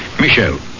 Michel